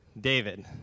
David